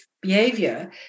behavior